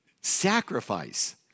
Sacrifice